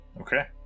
okay